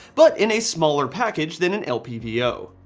but in a smaller package than an lpvo.